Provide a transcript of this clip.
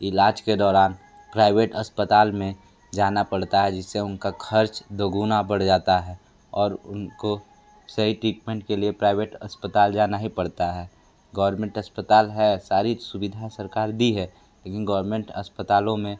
इलाज के दौरान प्राइवेट अस्पताल में जाना पड़ता है जिससे उनका खर्च दोगुना बढ़ जाता है और उनको सही ट्रीटमेंट के लिए प्राइवेट अस्पताल जाना ही पड़ता है गौरमेंट अस्पताल है सारी सुविधा सरकार दी है लेकिन गौरमेंट अस्पतालों में